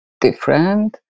different